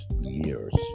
years